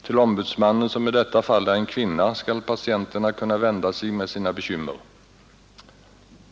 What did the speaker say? Till ombudsmannen, som i detta fall är en kvinna, skall patienterna kunna vända sig med sina bekymmer.